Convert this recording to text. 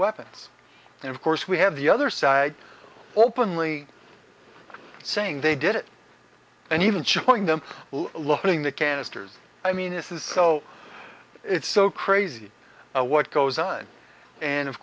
weapons and of course we have the other side openly saying they did it and even showing them loading the canisters i mean this is so it's so crazy what goes on and of